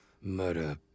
murder